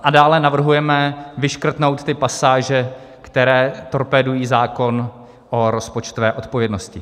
A dále navrhujeme vyškrtnout ty pasáže, které torpédují zákon o rozpočtové odpovědnosti.